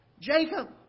Jacob